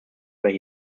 where